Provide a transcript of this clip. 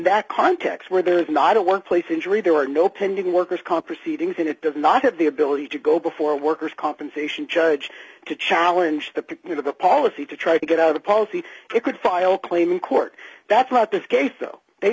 that context where there is not a workplace injury there are no pending worker's comp proceedings and it does not have the ability to go before a worker's compensation judge to challenge the policy to try to get out of the policy it could file claim in court that's not the case so they